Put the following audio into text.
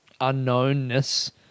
unknownness